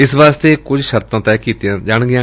ਇਸ ਵਾਸਤੇ ਕੁਝ ਸ਼ਰਤਾਂ ਵੀ ਤੈਅ ਕੀਤੀਆਂ ਜਾਣਗੀਆਂ